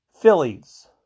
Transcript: Phillies